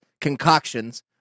concoctions